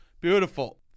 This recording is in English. Beautiful